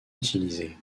utilisées